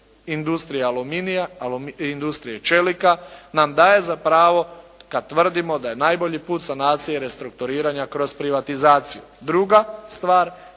industrije aluminija, industrije čelika nam daje za pravo kad tvrdimo da je najbolji put sanacije i restrukturiranja kroz privatizaciju. Druga stvar,